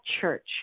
church